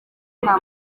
nta